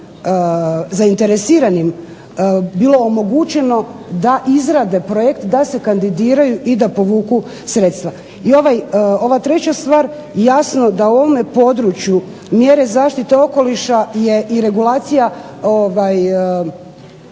zainteresiranim bilo omogućeno da izrade projekt, da se kandidiraju i da povuku sredstva. I ova treća stvar, jasno da u ovome području mjere zaštite okoliša je i regulacija